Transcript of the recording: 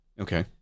Okay